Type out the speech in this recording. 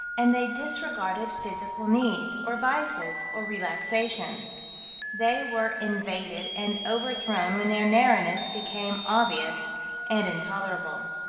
and they disregarded physical needs, or vices, or relaxations they were invaded and overthrown when their narrowness became obvious and intolerable.